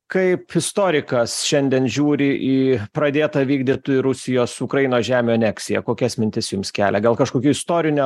kaip istorikas šiandien žiūri į pradėtą vykdyt rusijos ukrainos žemių aneksiją kokias mintis jums kelia gal kažkokių istorinių